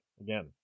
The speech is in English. Again